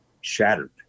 shattered